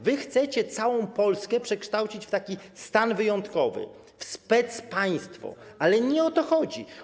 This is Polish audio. Wy chcecie całą Polskę przekształcić w stan wyjątkowy, w specpaństwo, ale nie o to chodzi.